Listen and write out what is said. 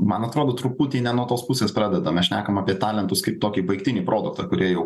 man atrodo truputį ne nuo tos pusės pradedam mes šnekame apie talentus kaip tokį baigtinį produktą kurie jau